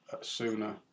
sooner